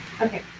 Okay